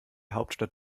hauptstadt